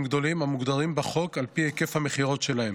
גדולים המוגדרים בחוק על פי היקף המכירות שלהם.